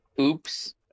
Oops